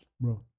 Bro